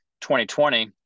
2020